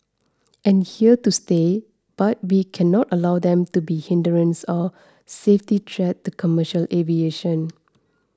and here to stay but we cannot allow them to be hindrance or safety threat to commercial aviation